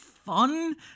fun